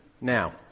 now